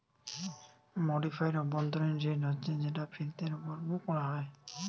modified অভ্যন্তরীণ rate হচ্ছে যেটা ফিরতের উপর কোরা হয়